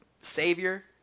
savior